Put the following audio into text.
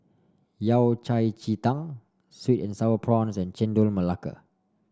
Yao Cai Ji Tang sweet and sour prawns and Chendol Melaka